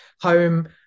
home